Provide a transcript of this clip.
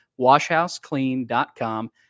washhouseclean.com